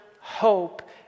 hope